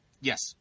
Yes